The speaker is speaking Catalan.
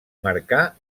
marcà